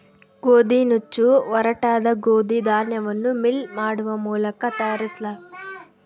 ಗೋದಿನುಚ್ಚು ಒರಟಾದ ಗೋದಿ ಧಾನ್ಯವನ್ನು ಮಿಲ್ ಮಾಡುವ ಮೂಲಕ ತಯಾರಿಸಲಾಗುತ್ತದೆ